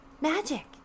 Magic